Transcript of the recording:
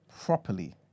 properly